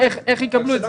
איך הן יקבלו את זה?